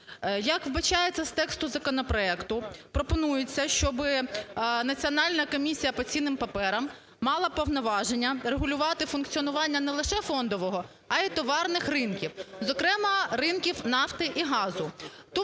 Як вбачається з тексту законопроекту, пропонується, щоб Національна комісія по цінним паперам мала повноваження регулювати функціонування не лише фондового, а і товарних ринків, зокрема ринків нафти і газу.